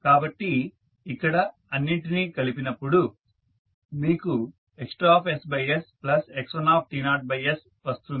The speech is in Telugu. కాబట్టి ఇక్కడ అన్నింటినీ కలిపినప్పుడు మీకు X2sx1sవస్తుంది